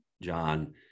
John